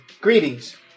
Greetings